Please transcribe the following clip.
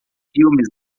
filmes